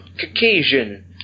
Caucasian